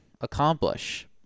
accomplish